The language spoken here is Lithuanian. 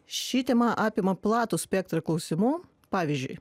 ši tema apima platų spektrą klausimų pavyzdžiui